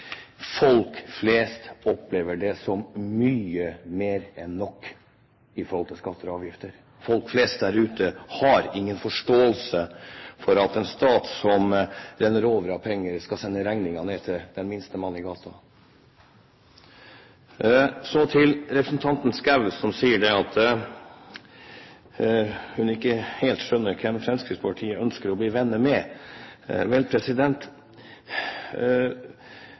Folk flest opplever det som mye mer enn nok i forhold til skatter og avgifter. Folk flest der ute har ingen forståelse for at en stat som renner over av penger, skal sende regningen ned til den minste mannen i gaten. Så til representanten Schou, som sier at hun ikke helt skjønner hvem Fremskrittspartiet ønsker å bli venner med. Vel,